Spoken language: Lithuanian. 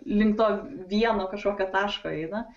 link to vieno kažkokio taško eina